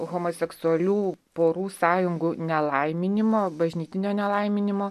homoseksualių porų sąjungų nelaiminimo bažnytinio nelaiminimo